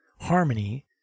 harmony